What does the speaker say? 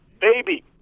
baby